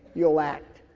you'll act.